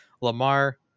Lamar